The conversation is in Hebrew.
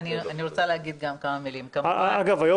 אגב,